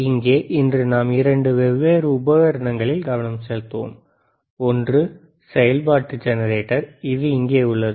இங்கே இன்று நாம் இரண்டு வெவ்வேறு உபகரணங்களில் கவனம் செலுத்துவோம் ஒன்று செயல்பாட்டு ஜெனரேட்டர் இது இங்கே உள்ளது